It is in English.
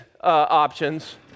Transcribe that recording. options